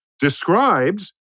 describes